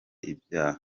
ibyaha